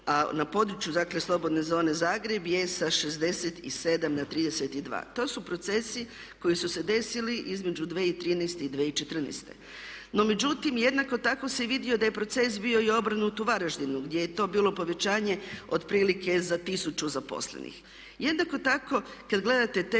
a na području, dakle slobodne zone Zagreb je sa 67 na 32. To su procesi koji su se desili između 2013. i 2014. No međutim, jednako tako se i vidio i da je proces bio i obrnut u Varaždinu, gdje je to bilo povećanje otprilike za 1000 zaposlenih. Jednako tako kad gledate te